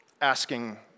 asking